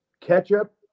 ketchup